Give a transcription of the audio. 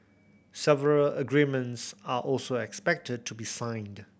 several agreements are also expected to be signed